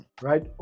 right